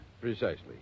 Precisely